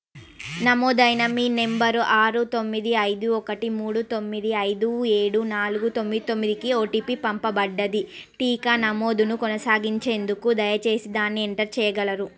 నమోదైన మీ నంబరు ఆరు తొమ్మిది ఐదు ఒకటి మూడు తొమ్మిది ఐదు ఏడు నాలుగు తొమ్మిది తొమ్మదికి ఓటీపీ పంపబడ్డది టీకా నమోదును కొనసాగించేందుకు దయచేసి దాన్ని ఎంటర్ చేయగలరు